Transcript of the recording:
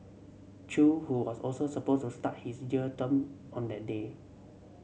Chew who was also supposed to start his jail term on that day